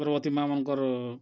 ଗର୍ଭବତୀ ମାଆ ମାନ୍ଙ୍କର୍